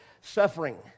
suffering